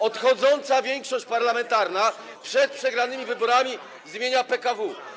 Odchodząca większość parlamentarna przed przegranymi wyborami zmienia PKW.